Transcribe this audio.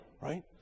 right